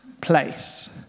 place